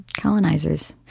Colonizers